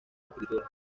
escrituras